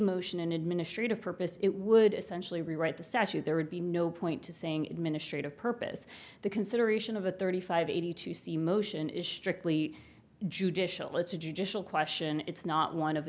motion in administrative purpose it would essentially rewrite the statute there would be no point to saying administrate a purpose the consideration of a thirty five eighty two c motion is strictly judicial it's a judicial question it's not one of